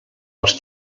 els